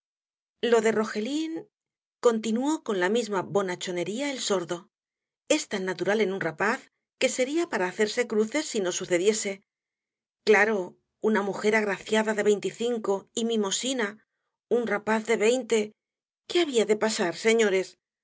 lo de rogelín continuó con la misma bonachonería el sordo es tan natural en un rapaz que sería para hacerse cruces si no sucediese claro una mujer agraciada de veinticinco y mimosina un rapaz de veinte qué había de pasar señores que